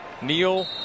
Neal